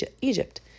Egypt